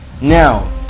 Now